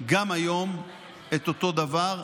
גם היום את אותו דבר.